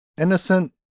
innocent